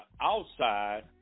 outside